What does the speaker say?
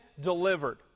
delivered